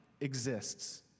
exists